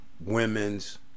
Women's